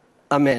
"אמן".